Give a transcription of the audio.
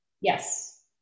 Yes